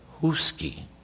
Husky